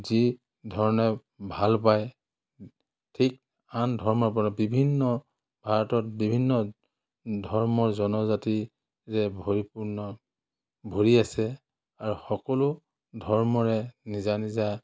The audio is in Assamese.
যি ধৰণে ভাল পায় ঠিক আন ধৰ্মবোৰে বিভিন্ন ভাৰতত বিভিন্ন ধৰ্মৰ জনজাতি যে পৰিপূৰ্ণ যে ভৰি আছে আৰু সকলো ধৰ্মৰে নিজা নিজা